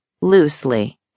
loosely